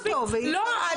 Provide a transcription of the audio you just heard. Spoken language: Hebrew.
אני לא מוציאה מילה.